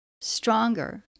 stronger